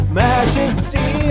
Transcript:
majesty